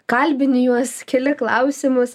kalbini juos keli klausimus